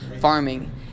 farming